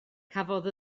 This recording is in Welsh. cafodd